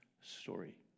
story